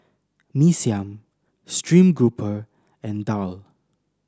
Mee Siam stream grouper and daal